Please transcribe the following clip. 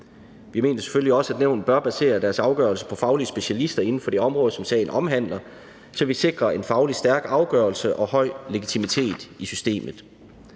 Vi mener selvfølgelig også, at nævnet bør basere deres afgørelser på faglige specialister inden for det område, som sagen omhandler, så vi sikrer en fagligt stærk afgørelse og høj legitimitet i systemet.